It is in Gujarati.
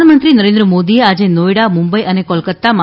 પ્રધાનમંત્રી નરેન્દ્ર મોદીએ આજે નોઈડા મુંબઇ અને કોલકાતામાં